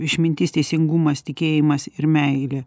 išmintis teisingumas tikėjimas ir meilė